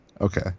Okay